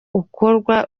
ukorwa